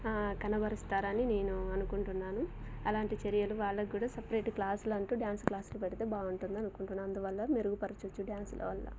కనబరుస్తారని నేను అనుకుంటున్నాను అలాంటి చర్యలు వాళ్ళకు కూడా సపరేట్ క్లాసులంటూ డ్యాన్స్ క్లాసులు పెడితే బాగుంటుంది అనుకుంటున్నా అందువల్ల మెరుగు పరచవచ్చు డ్యాన్సుల వల్ల